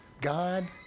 God